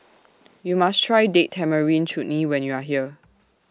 YOU must Try Date Tamarind Chutney when YOU Are here